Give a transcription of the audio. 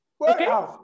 Okay